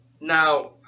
Now